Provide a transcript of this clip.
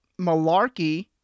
Malarkey